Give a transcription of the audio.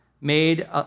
made